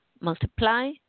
multiply